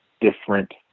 different